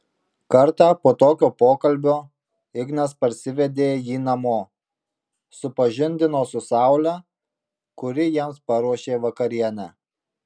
kartą po tokio pokalbio ignas parsivedė jį namo supažindino su saule kuri jiems paruošė vakarienę